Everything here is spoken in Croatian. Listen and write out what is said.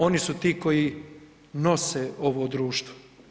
Oni su ti koji nose ovo društvo.